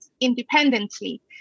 independently